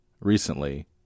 recently